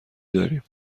داریم